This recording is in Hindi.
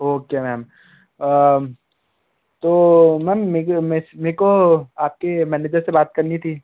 ओके मैम तो मैम मेगा मेस मेरे को आपके मैनेजर से बात करनी थी